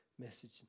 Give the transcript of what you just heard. message